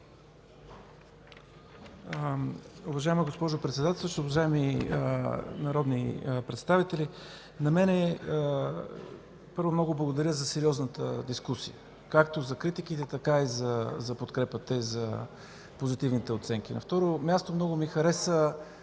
Уважаема госпожо Председател, уважаеми народни представители, първо, много благодаря за сериозната дискусия – както за критиките, така и за подкрепата, и за позитивните оценки. На второ място, много ми хареса